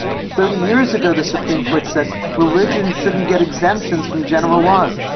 thirty years ago, the supreme court said religion shouldn't get exemptions from general laws.